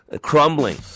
Crumbling